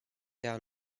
down